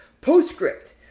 Postscript